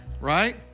Right